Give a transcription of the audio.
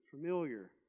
familiar